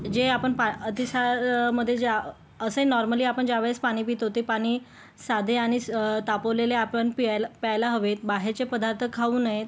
जे आपण पा अतिसारमधे जे असंही नॉर्मली आपण ज्यावेळेस पाणी पितो ते पाणी साधे आणि तापवलेले आपण प्यायला प्यायला हवेत बाहेरचे पदार्थ खाऊ नयेत